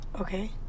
Okay